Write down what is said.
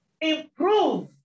improve